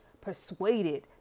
persuaded